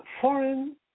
foreign